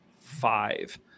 five